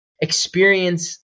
experience